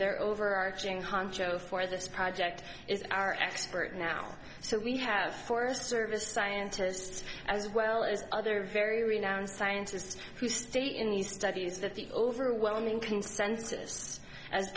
are over arching honcho for this project is our expert now so we have forest service scientists as well as other very now and scientists who study in these studies that the overwhelming consensus as